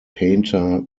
painter